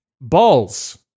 Balls